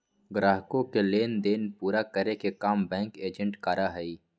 ग्राहकों के लेन देन पूरा करे के काम बैंक एजेंट करा हई